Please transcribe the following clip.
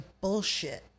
bullshit